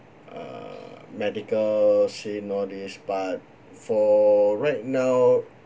err medical scene all these but for right now